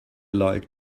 like